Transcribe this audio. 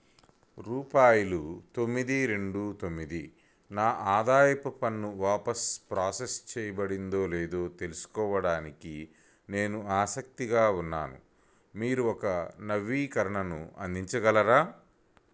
రూపాయలు తొమ్మిది రెండు తొమ్మిది నా ఆదాయపు పన్ను వాపసు ప్రాసెస్ చేయబడిందో లేదో తెలుసుకోవడానికి నేను ఆసక్తిగా ఉన్నాను మీరు ఒక నవీకరణను అందించగలరా